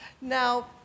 now